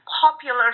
popular